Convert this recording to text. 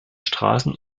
straßen